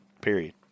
Period